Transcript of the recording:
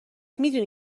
میدونی